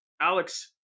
Alex